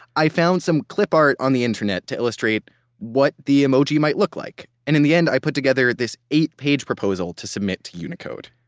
i found some clip art on the internet to illustrate what the emoji might look like. and in the end i put together this eight-page proposal to submit to unicode.